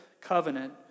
covenant